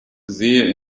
sehe